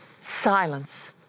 Silence